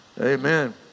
Amen